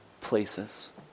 places